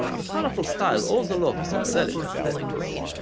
the colorful style owes a lot psychedelic aesthetics.